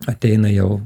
ateina jau